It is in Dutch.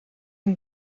een